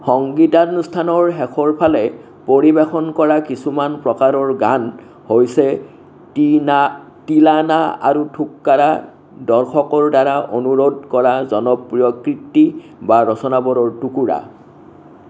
সংগীতানুষ্ঠানৰ শেষৰ ফালে পৰিৱেশন কৰা কিছুমান প্ৰকাৰৰ গান হৈছে টি না টিলানা আৰু থুক্কাৰা দৰ্শকৰ দ্বাৰা অনুৰোধ কৰা জনপ্ৰিয় কৃতি বা ৰচনাবোৰৰ টুকুৰা